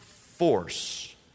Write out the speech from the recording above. force